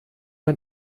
ein